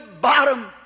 bottom